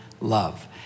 love